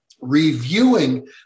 reviewing